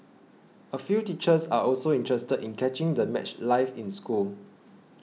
a few teachers are also interested in catching the match live in school